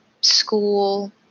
school